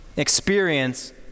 Experience